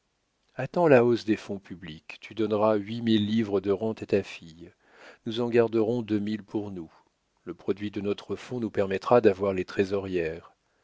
attends la hausse des fonds publics tu donneras huit mille livres de rente à ta fille nous en garderons deux mille pour nous le produit de notre fonds nous permettra d'avoir les trésorières